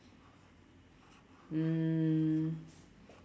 mm